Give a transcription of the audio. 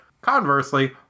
Conversely